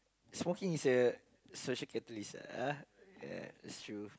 smoking is a social catalyst ah uh ya that's true